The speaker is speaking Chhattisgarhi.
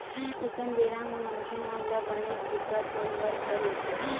अइसन बेरा म मनखे मन ल बनेच दिक्कत होय बर धर लेथे